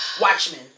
Watchmen